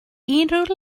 unrhyw